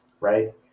right